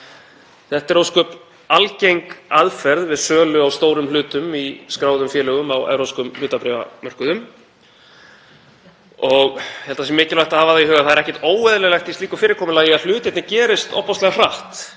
Þetta er ósköp algeng aðferð við sölu á stórum hlutum í skráðum félögum á evrópskum hlutabréfamörkuðum. Ég held að mikilvægt sé að hafa í huga að það er ekkert óeðlilegt í slíku fyrirkomulagi að hlutirnir gerist ofboðslega hratt,